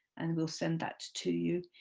and we'll send that to you.